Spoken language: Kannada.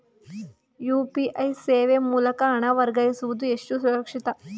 ಯು.ಪಿ.ಐ ಸೇವೆ ಮೂಲಕ ಹಣ ವರ್ಗಾಯಿಸುವುದು ಎಷ್ಟು ಸುರಕ್ಷಿತ?